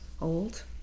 old